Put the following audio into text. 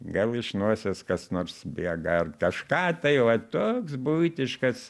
gal iš nosies kas nors bėga ar kažką tai vat toks buitiškas